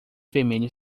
vermelho